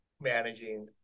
managing